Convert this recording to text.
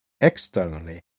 Externally